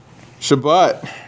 Shabbat